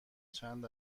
چند